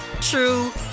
true